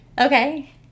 Okay